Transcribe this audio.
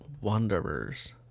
wanderers